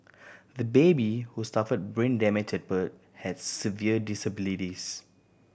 the baby who suffered brain damage at birth has severe disabilities